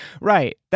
right